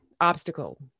Obstacle